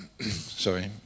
sorry